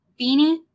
Beanie